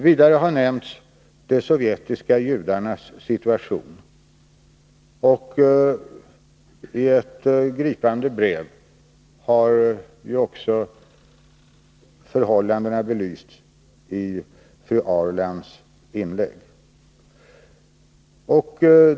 Vidare har de sovjetiska judarnas situation berörts här. I ett gripande brev i fru Ahrlands inlägg har förhållandena belysts.